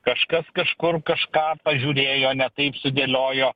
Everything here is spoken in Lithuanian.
kažkas kažkur kažką pažiūrėjo ne taip sudėliojo